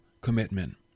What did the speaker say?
commitment